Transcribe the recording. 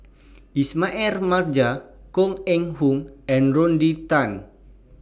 Ismail Marjan Koh Eng Hoon and Rodney Tan